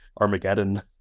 Armageddon